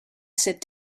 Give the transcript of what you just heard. sit